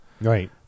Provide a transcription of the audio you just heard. Right